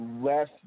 less